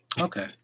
Okay